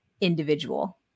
individual